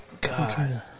God